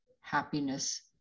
happiness